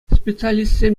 специалистсем